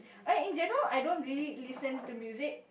I in general I don't really listen to music